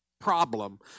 problem